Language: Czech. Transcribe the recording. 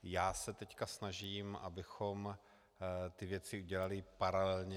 Já se teď snažím, abychom ty věci udělali paralelně.